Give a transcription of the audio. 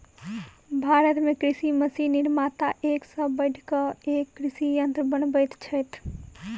भारत मे कृषि मशीन निर्माता एक सॅ बढ़ि क एक कृषि यंत्र बनबैत छथि